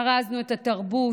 ארזנו את התרבות,